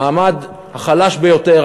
המעמד החלש ביותר,